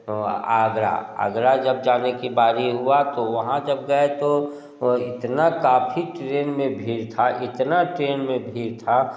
तो आगरा आगरा जब जाने की बारी हुआ तो वहाँ जब गए तो वो इतना काफ़ी ट्रैन में भीड़ था इतना ट्रैन में भीड़ था